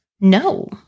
No